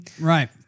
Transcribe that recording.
Right